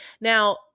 Now